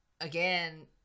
Again